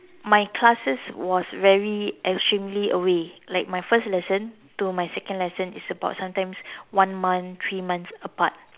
my classes was very extremely away like my first lesson to my second lesson is about sometimes like one month three months apart